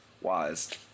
wise